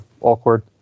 awkward